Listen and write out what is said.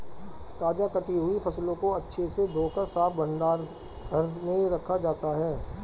ताजा कटी हुई फसलों को अच्छे से धोकर साफ भंडार घर में रखा जाता है